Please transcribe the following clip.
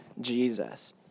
Jesus